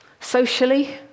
socially